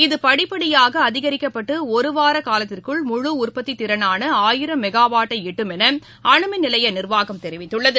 இது படிப்படியாகஅதிகரிக்கப்பட்டு ஒருவாரகாலத்திற்குள் முழு உற்பத்தித் திறனானஆயிரம் மெகாவாட்டைஎட்டும் எனஅணுமின் நிலையநிர்வாகம் தெரிவித்துள்ளது